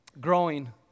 growing